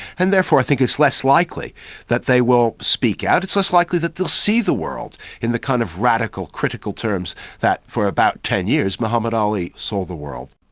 and therefore i think it's less likely that they will speak out. it's less likely that they'll see the world in the kind of radical, critical terms that for about ten years muhammad ali saw the world.